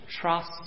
trust